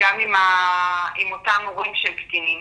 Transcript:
גם עם אותם הורים של קטינים.